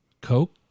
Coke